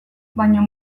baino